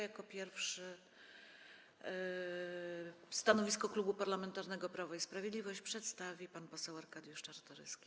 Jako pierwszy stanowisko Klubu Parlamentarnego Prawo i Sprawiedliwość przedstawi pan poseł Arkadiusz Czartoryski.